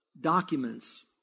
documents